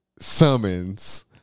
summons